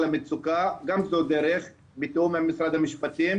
המצוקה גם זאת דרך בתיאום עם משרד המשפטים,